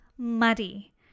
muddy